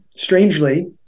strangely